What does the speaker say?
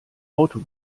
auto